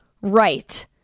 right